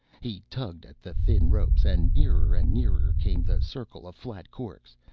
he tugged at the thin ropes, and nearer and nearer came the circle of flat corks,